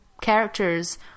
characters